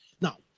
Now